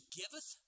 giveth